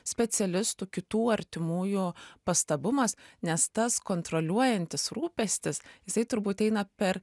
specialistų kitų artimųjų pastabumas nes tas kontroliuojantis rūpestis jisai turbūt eina per